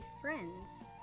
friends